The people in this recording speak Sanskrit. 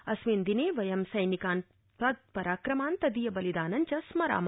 अस्मिन् दिने वयं सैनिकान् तत्पराक्रमान् तदीयबलिदानं च स्मराम